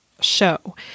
show